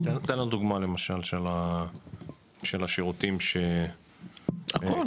תן לנו דוגמא למשל של השירותים ש- הכול,